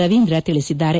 ರವೀಂದ್ರ ತಿಳಿಸಿದ್ದಾರೆ